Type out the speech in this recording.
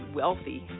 wealthy